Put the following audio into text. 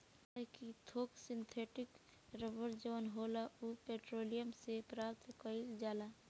काहे कि थोक सिंथेटिक रबड़ जवन होला उ पेट्रोलियम से प्राप्त कईल जाला